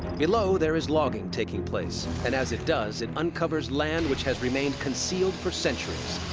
below, there is logging taking place. and as it does, it uncovers land which has remained concealed for centuries.